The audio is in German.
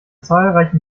zahlreichen